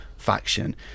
faction